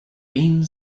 been